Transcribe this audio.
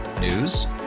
News